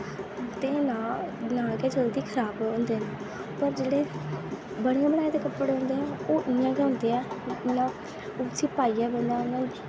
ते नां गै जल्दी खराब होंदे न पर जेह्ड़े बने बनाए दे कपड़े होंदे ओह् इ'यां गै होंदे ऐ मतलब उस्सी पाइयै बंदा